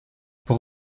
pour